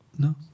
No